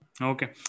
Okay